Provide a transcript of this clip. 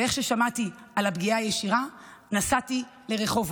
ואיך ששמעתי על הפגיעה הישירה נסעתי לרחובות.